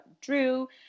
Drew